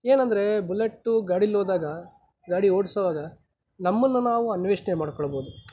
ಏನಂದರೆ ಬುಲ್ಲೆಟ್ಟು ಗಾಡೀಲಿ ಹೋದಾಗ ಗಾಡಿ ಓಡಿಸೋವಾಗ ನಮ್ಮನ್ನು ನಾವು ಅನ್ವೇಷಣೆ ಮಾಡ್ಕೊಳ್ಬೋದು